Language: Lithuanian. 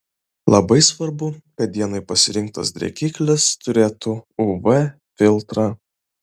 labai svarbu kad dienai pasirinktas drėkiklis turėtų uv filtrą